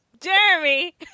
jeremy